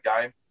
game